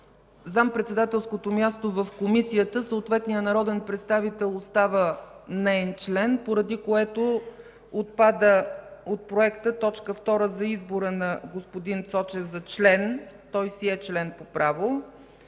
заместник-председателското място в Комисията съответният народен представител остава неин член, поради което отпада от проекта точка втора за избора на господин Цочев за член. Той си е член по право.